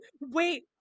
wait